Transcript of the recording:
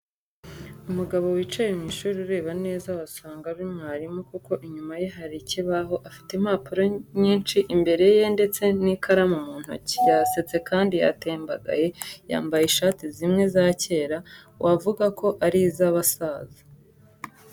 Umugabo wicaye mu ishuri, urebye neza wasanga ari na mwarimu kuko inyuma ye hari ikibaho, afite impapuro nyinshi imbere ye ndetse n'ikaramu mu ntoki, yasetse kandi yatembagaye yambaye ishati zimwe za kera wavuga ko ari iz'abasaza.